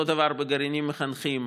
אותו דבר בגרעינים מחנכים,